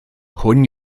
hwn